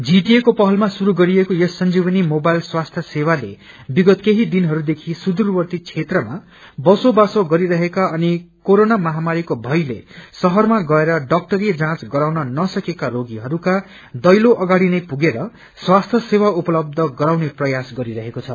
जीटिएको पहलमा शुरू गरिएको यस संजीवनी मोबाइल स्वास्थ्य सेवालेविगत केही दिनहरूदेखि सुदूरवर्ती क्षेत्रमा बसोबासो गरिरहेका अनि कोरोना महामरीको भयले शहरमा गएर डाक्टरी जाँच गराउन नसकेका रोगीहरूका दैलो अगाड़ीलै पुगेर स्वास्थ्य सेवा उपलबध गराउने काम साथै प्रयास गरिरहेको छ